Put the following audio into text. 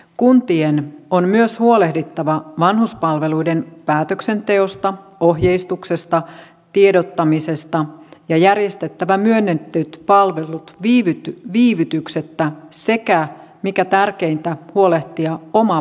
kuntien on myös huolehdittava vanhuspalveluiden päätöksenteosta ohjeistuksesta ja tiedottamisesta järjestettävä myönnetyt palvelut viivytyksettä sekä mikä tärkeintä huolehdittava omavalvonnasta